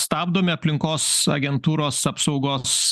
stabdomi aplinkos agentūros apsaugos